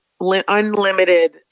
unlimited